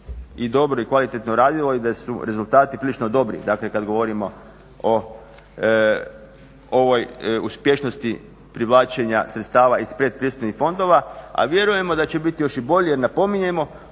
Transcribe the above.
i dobro i kvalitetno radilo i da su rezultati prilično dobri kada govorimo o ovoj uspješnosti privlačenja sredstava iz predpristupnih fondova, a vjerujemo da će biti još i bolje jer napominjemo